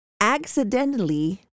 accidentally